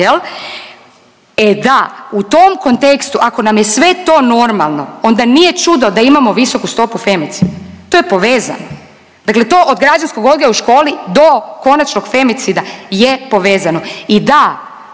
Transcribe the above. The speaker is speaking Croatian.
E da, u tom kontekstu ako nam je sve to normalno onda nije čudo da imamo visoku stopu femicida, to je povezano, dakle to od građanskog odgoja u školi do konačnog femicida je povezano.